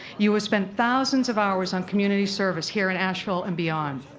you have spent thousands of hours on community service here in asheville and beyond.